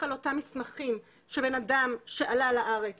על אותם מסמכים שבן אדם שעלה לארץ